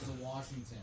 Washington